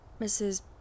Mrs